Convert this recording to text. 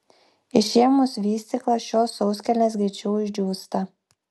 išėmus vystyklą šios sauskelnės greičiau išdžiūsta